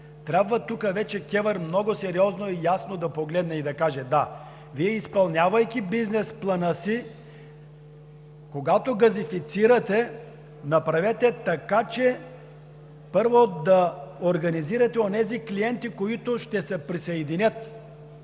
трябва вече КЕВР много сериозно и ясно да погледне и да каже – да, Вие, изпълнявайки бизнес плана си, когато газифицирате, направете така, че, първо, да организирате онези клиенти, които ще се присъединят.